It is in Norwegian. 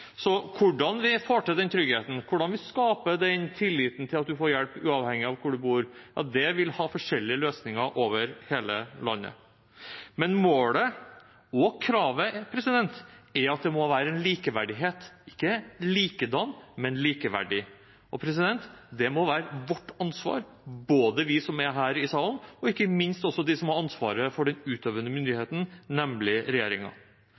Så hvordan vi får til den tryggheten, hvordan vi skaper den tilliten til at man får hjelp uavhengig av hvor man bor, vil det være forskjellige løsninger for over hele landet. Men målet og kravet er at det må være likeverdighet – ikke likedan, men likeverdig. Det må være vårt ansvar, vi som er her i salen, og ikke minst de som har ansvaret for den utøvende